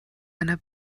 einer